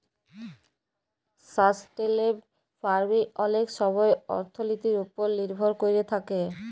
sustainable farming অলেক ছময় অথ্থলিতির উপর লির্ভর ক্যইরে থ্যাকে